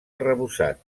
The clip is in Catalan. arrebossat